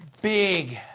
big